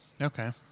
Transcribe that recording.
Okay